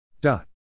Dot